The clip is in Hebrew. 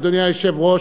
אדוני היושב-ראש,